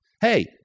Hey